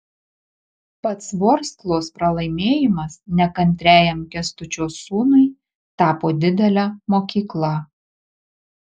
pats vorsklos pralaimėjimas nekantriajam kęstučio sūnui tapo didele mokykla